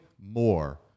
more